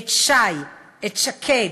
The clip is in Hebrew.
את שי, את שקד,